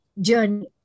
journey